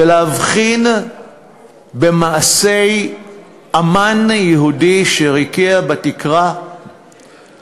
ולהבחין במעשי אמן יהודי שריקע בתקרה